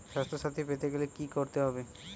স্বাস্থসাথী পেতে গেলে কি করতে হবে?